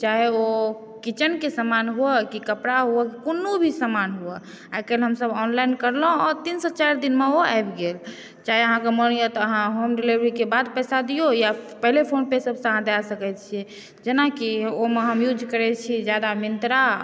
चाहे ओ किचनके समान हुए कि कपड़ा हुए कोनो भी समान हुए एखन हमसभ ऑनलाइन करलहुँ आओर तीन सँ चारि दिनमे ओ आबि गेल चाहे अहाँके मोन होइए तऽ अहाँ होम डिलेवरीके बाद पैसा दियौ या पहिने फोन पे सबसँ अहाँ दऽ सकै छियै जेनाकि ओहिमे हम यूज करै छियै ज्यादा मिन्त्रा